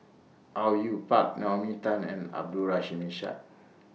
Au Yue Pak Naomi Tan and Abdul Rahim Ishak